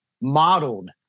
modeled